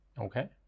Okay